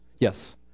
Yes